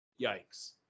yikes